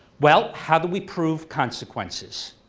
well how do we prove consequences?